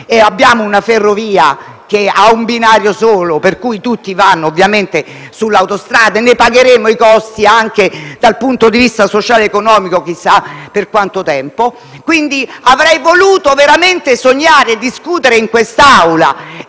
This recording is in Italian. hanno una ferrovia a binario unico, per cui tutti utilizzano ovviamente sull'autostrada e ne pagheremo i costi anche dal punto di vista sociale ed economico chissà per quanto tempo. Avrei quindi voluto veramente sognare e discutere in quest'Aula